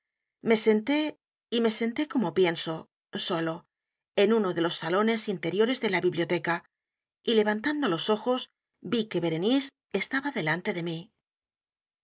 la bella alción i me senté y me senté como pienso solo en uno de los salones interiores de la biblioteca y levantando los ojos vi que berenice estaba delante de mí